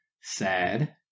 Sad